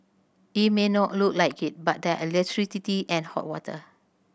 it may not look like it but there are electricity and hot water